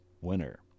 winner